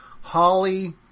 Holly –